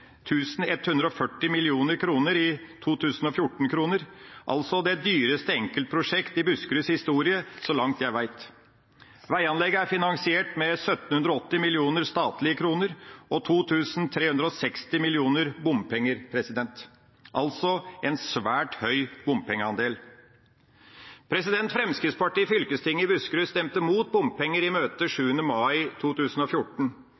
140 mill. kr i 2014-kroner – altså det dyreste enkeltprosjekt i Buskeruds historie, så langt jeg vet. Veianlegget er finansiert med 1 780 millioner statlige kroner og 2 360 mill. kr i bompenger, altså en svært høy bompengeandel. Fremskrittspartiet i fylkestinget i Buskerud stemte mot bompenger i møtet 7. mai 2014.